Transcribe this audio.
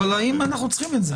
האם אנחנו צריכים את זה?